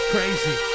Crazy